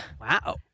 Wow